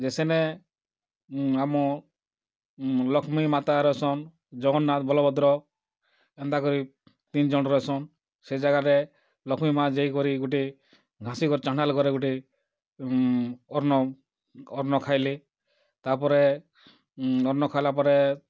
ଯେ ସେନେ ଆମ ଲକ୍ଷ୍ମୀ ମାତା ରହେସନ୍ ଜଗନ୍ନାଥ୍ ବଲଭଦ୍ର ଏନ୍ତାକରି ତିନ୍ ଜନ୍ ରହେସନ୍ ସେ ଯାଗାରେ ଲକ୍ଷ୍ମୀ ମାଁ ଯାଇକରି ଗୁଟେ ଘାସି ଘରେ ଚାଣ୍ଡାଳ୍ ଘରେ ଗୁଟେ ଅର୍ଣ୍ଣ ଅର୍ଣ୍ଣ ଖାଏଲେ ତା'ର୍ପରେ ଅର୍ଣ୍ଣ ଖାଏଲା ପରେ